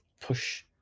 push